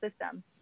system